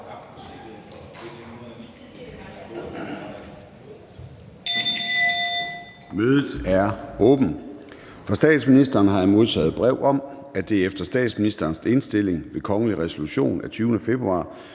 Mødet er åbnet. Fra statsministeren har jeg modtaget brev om, at det efter statsministerens indstilling ved kongelig resolution af 20. februar